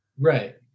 right